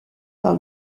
par